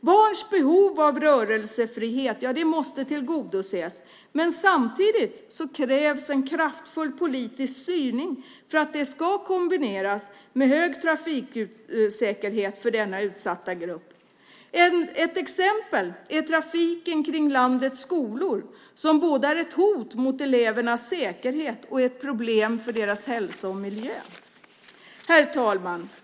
Barns behov av rörelsefrihet måste tillgodoses, men samtidigt krävs en kraftfull politisk styrning för att detta ska kombineras med hög trafiksäkerhet för denna utsatta grupp. Ett exempel är trafiken kring landets skolor som både är ett hot mot elevernas säkerhet och ett problem för deras hälsa och miljö. Herr talman!